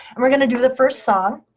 and we're going to do the first song.